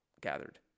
gathered